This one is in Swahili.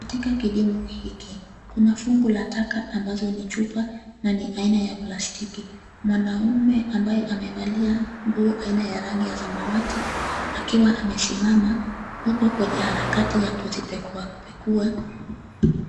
Katika kidimbwi hiki kuna fungu la taka ambazo ni chupa na ni aina ya plastiki. Mwanaume ambaye amevalia nguo aina ya rangi ya samawati, akiwa amesimama, yuko kwenye harakati ya kuzipekua pekua.